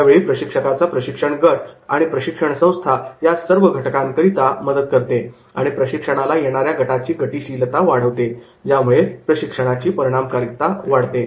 अशावेळी प्रशिक्षकाचा प्रशिक्षण गट आणि प्रशिक्षणसंस्था या सर्व घटकांकरिता मदत करते आणि प्रशिक्षणाला येणाऱ्या गटाची गतिशीलता वाढवते ज्यामुळे प्रशिक्षणाची परिणामकारकता वाढते